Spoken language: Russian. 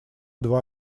два